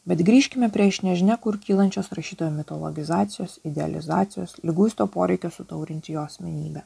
bet grįžkime prie iš nežinia kur kylančios rašytojo mitologizacijos idealizacijos liguisto poreikio sutaurinti jo asmenybę